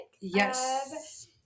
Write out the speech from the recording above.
Yes